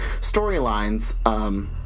storylines